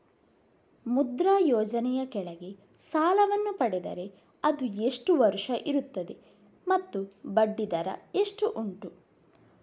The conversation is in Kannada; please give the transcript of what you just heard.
ಮುದ್ರಾ ಯೋಜನೆ ಯ ಕೆಳಗೆ ಸಾಲ ವನ್ನು ಪಡೆದರೆ ಅದು ಎಷ್ಟು ವರುಷ ಇರುತ್ತದೆ ಮತ್ತು ಬಡ್ಡಿ ದರ ಎಷ್ಟು ಉಂಟು?